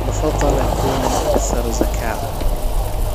بفضل أكون الاكثر ذكاء